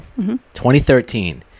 2013